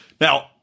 now